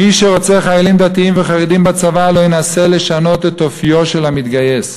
מי שרוצה חיילים דתיים וחרדים בצבא לא ינסה לשנות את אופיו של המתגייס,